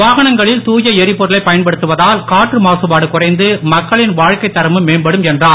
வாகனங்களில் தூய எரிபொருளை பயன்படுத்துவதால் காற்று மாசுபாடு குறைந்து மக்களின் வாழ்கைத்தரமும் மேம்படும் என்றார்